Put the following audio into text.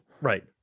Right